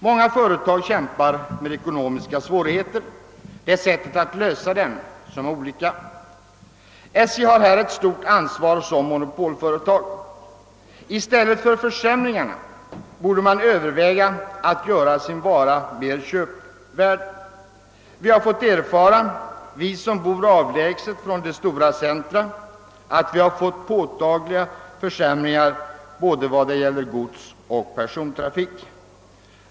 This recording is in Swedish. Många företag kämpar med ekonomiska svårigheter; det är sätten att bemästra dem som är olika. SJ har här ett stort ansvar som monopolföretag. I stället för att genomföra försämringar borde man överväga att göra sin vara mer köpvärd. Vi som bor avlägset från de stora centra har fått påtagliga försämringar vad gäller både godsoch persontrafik.